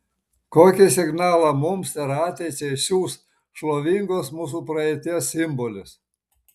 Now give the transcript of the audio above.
kokį signalą mums ir ateičiai siųs šlovingos mūsų praeities simbolis